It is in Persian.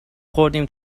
خوردیم